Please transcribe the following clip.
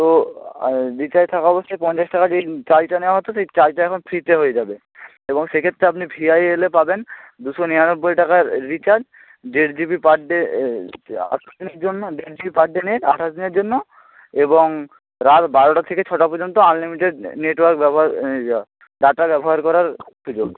তো রিচার্জ থাকা অবস্থায় পঞ্চাশ টাকা যে চার্জটা নেওয়া হতো সেই চার্জটা এখন ফ্রিতে হয়ে যাবে এবং সে ক্ষেত্রে আপনি ভি আইয়ে এলে পাবেন দুশো নিরানব্বই টাকার রিচার্জ দেড় জিবি পার ডে আঠাশ দিনের জন্য দেড় জিবি পার ডে নিন আঠাশ দিনের জন্য এবং রাত বারোটা থেকে ছটা পযন্ত আনলিমিটেড নেটওয়ার্ক ব্যবহার এই যা ডাটা ব্যবহার করার